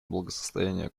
благосостояния